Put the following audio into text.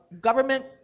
government